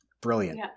brilliant